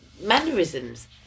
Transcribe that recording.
mannerisms